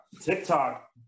TikTok